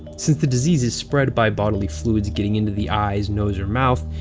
since the disease is spread by bodily fluids getting into the eyes, nose or mouth,